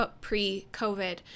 pre-COVID